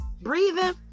breathing